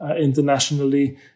internationally